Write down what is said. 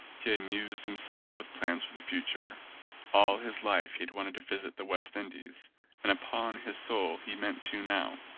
he amused himself with plans for the future all his life he had wanted to visit the west indies and upon his soul he meant to now.